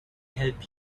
help